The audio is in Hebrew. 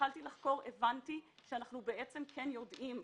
כשהתחלתי לחקור הבנתי שאנחנו בעצם כן יודעים.